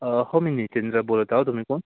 हो मी नीतेंद्र बोलत आहो तुम्ही कोण